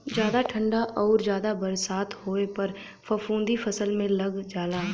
जादा ठंडा आउर जादा बरसात होए पर फफूंदी फसल में लग जाला